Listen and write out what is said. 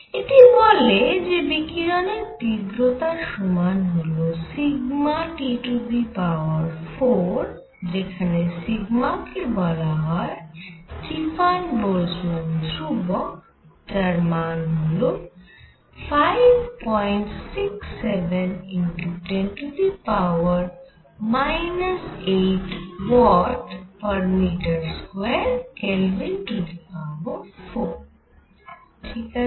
এটি বলে যে বিকিরণের তীব্রতা সমান হল T4 যেখানে সিগমা কে বলা হয় স্টিফান বোলজম্যান ধ্রুবক যার মান হল 567 × 10 8 Wm2K4 ঠিক আছে